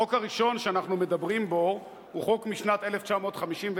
החוק הראשון שאנחנו מדברים בו הוא חוק משנת 1959,